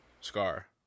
Scar